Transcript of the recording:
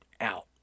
out